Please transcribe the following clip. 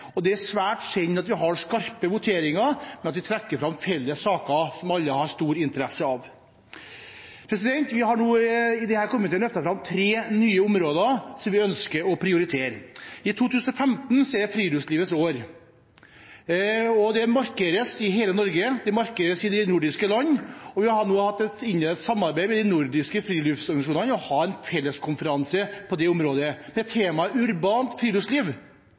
og det er svært sjelden at vi har skarpe voteringer, men vi trekker fram felles saker som alle har stor interesse av. I denne komiteen har vi løftet fram tre nye områder som vi ønsker å prioritere. 2015 er friluftslivets år. Det markeres i hele Norge og i de nordiske land. Vi har innledet et samarbeid med de nordiske friluftsorganisasjonene om å ha en felles konferanse på dette området med temaet urbant friluftsliv.